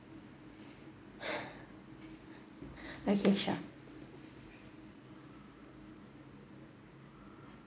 okay sure